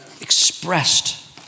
expressed